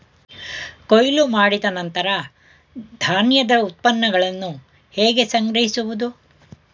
ಕೊಯ್ಲು ಮಾಡಿದ ನಂತರ ಧಾನ್ಯದ ಉತ್ಪನ್ನಗಳನ್ನು ಹೇಗೆ ಸಂಗ್ರಹಿಸುವುದು?